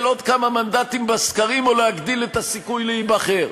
עוד כמה מנדטים בסקרים או להגדיל את הסיכוי להיבחר?